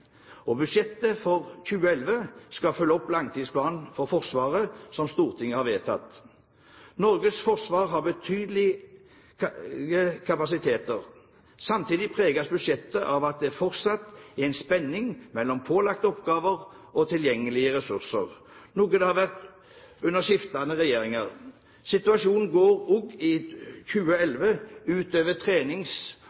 Og budsjettet for 2011 skal følge opp langtidsplanen for Forsvaret, som Stortinget har vedtatt. Norges forsvar har betydelige kapasiteter. Samtidig preges budsjettet av at det fortsatt er en spenning mellom pålagte oppgaver og tilgjengelige ressurser, noe det har vært under skiftende regjeringer. Situasjonen går også i